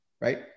right